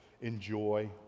enjoy